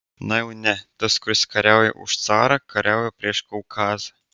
na jau ne tas kuris kariauja už carą kariauja prieš kaukazą